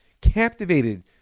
captivated